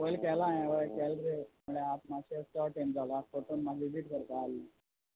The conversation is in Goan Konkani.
पोयलीं केलां हावें होय केलां रे म्हुटल्यार आतां मातशें चोड टायम जाला आसतोलो तो नंबर डिलीट कोरपा जाय आसलो